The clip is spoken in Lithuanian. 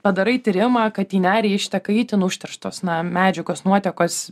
padarai tyrimą kad į nerį išteka itin užterštos na medžiagos nuotekos